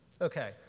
okay